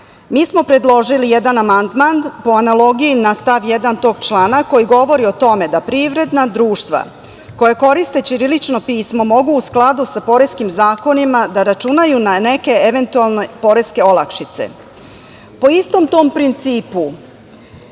mi smo predložili jedan amandman po analogiji na stav 1. tog člana, koji govori o tome da privredna društva koja koriste ćirilično pismo mogu u skladu sa poreskim zakonima da računaju na neke eventualne poreske olakšice. Po istom tom principu